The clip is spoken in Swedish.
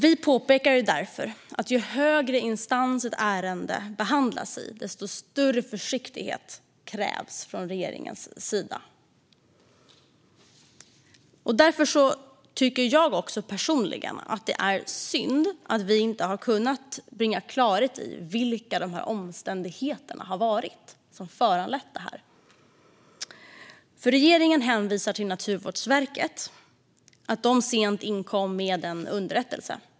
Vi påpekar därför att i ju högre instans ett ärende behandlas desto större försiktighet krävs från regeringens sida. Därför anser jag personligen att det är synd att vi inte har kunnat bringa klarhet i vilka omständigheterna har varit som har föranlett denna granskning. Regeringen hänvisar till att Naturvårdsverket inkom sent med en underrättelse.